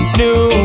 new